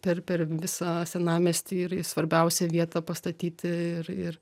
per per visą senamiestį ir į svarbiausią vietą pastatyti ir ir